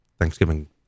Thanksgiving